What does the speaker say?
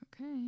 Okay